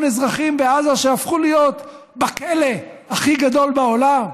אזרחים בעזה שהפכו להיות בכלא הכי גדול בעולם,